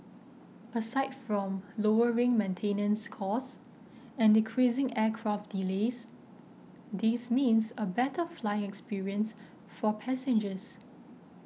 aside from lowering maintenance costs and decreasing aircraft delays this means a better flying experience for passengers